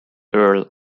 earl